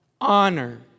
Honor